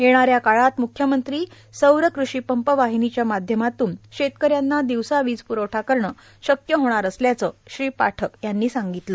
येणाऱ्या काळात म्ख्यमंत्री सौर कृषी पंप वाहिनीच्या माध्यमातून शेतकऱ्यांना दिवसा वीज प्रवठा करणे शक्य होणार असल्याचे पाठक म्हणाले